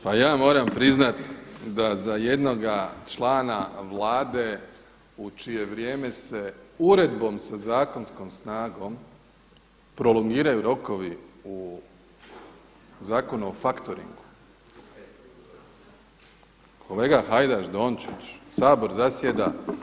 Pa ja moram priznati da za jednoga člana Vlade u čije vrijeme se uredbom sa zakonskom snagom prolongiraju rokovi u Zakonu o faktoringu, kolega Hajdaš Dončić Sabor zasjeda.